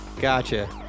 Gotcha